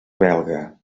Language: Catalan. belga